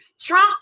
Trump